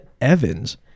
Evans